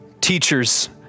teachers